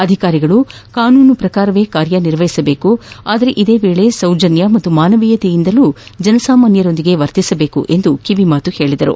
ಅಧಿಕಾರಿಗಳು ಕಾನೂನು ಪ್ರಕಾರವೇ ಕಾರ್ಯನಿರ್ವಹಿಸಬೇಕು ಆದರೆ ಇದೇ ವೇಳೆ ಸೌಜನ್ಯ ಹಾಗೂ ಮಾನವೀಯತೆಯಿಂದಲೂ ಜನಸಾಮಾನ್ಯರೊಂದಿಗೆ ವರ್ತಿಸಬೇಕು ಎಂದು ಕಿವಿಮಾತು ಹೇಳಿದರು